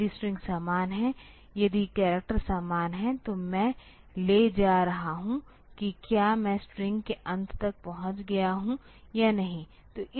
यदि स्ट्रिंग समान हैं यदि करैक्टर समान हैं तो मैं ले जा रहा हूं कि क्या मैं स्ट्रिंग के अंत तक पहुंच गया हूं या नहीं